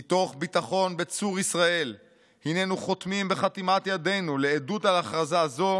"מתוך ביטחון בצור ישראל היננו חותמים בחתימת ידנו לעדות על הכרזה זו,